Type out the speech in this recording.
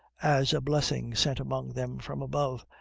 as a blessing sent among them from above,